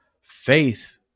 faith